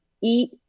Eat